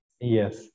Yes